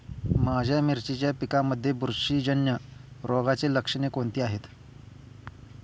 माझ्या मिरचीच्या पिकांमध्ये बुरशीजन्य रोगाची लक्षणे कोणती आहेत?